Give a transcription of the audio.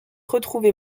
retrouvé